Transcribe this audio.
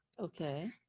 Okay